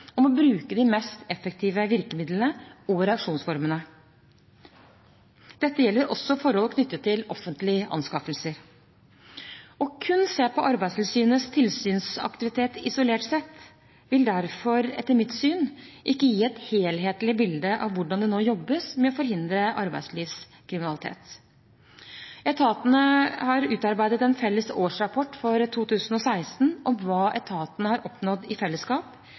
om å bruke de mest effektive virkemidlene og reaksjonsformene. Dette gjelder også forhold knyttet til offentlige anskaffelser. Kun å se på Arbeidstilsynets tilsynsaktivitet isolert sett vil derfor, etter mitt syn, ikke gi et helhetlig bilde av hvordan det nå jobbes med å forhindre arbeidslivskriminalitet. Etatene har utarbeidet en felles årsrapport for 2016 om hva etatene har oppnådd i fellesskap.